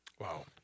Wow